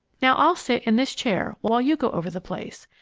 now, i'll sit in this chair while you go over the place,